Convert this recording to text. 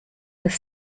des